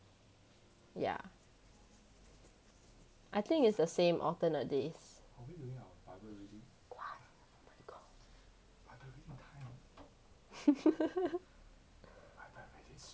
yeah I think it's the same alternate days